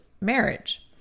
marriage